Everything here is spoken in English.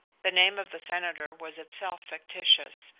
the name of the senator was itself fictitious,